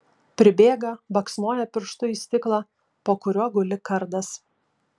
pribėga baksnoja pirštu į stiklą po kuriuo guli kardas